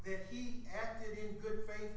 that he acted in good faith